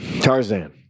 Tarzan